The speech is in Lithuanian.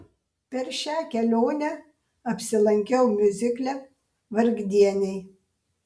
per šią kelionę apsilankiau miuzikle vargdieniai